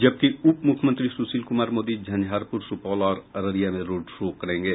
जबकि उप मुख्यमंत्री सुशील कुमार मोदी झंझारपुर सुपौल और अररिया में रोड शो करेंगे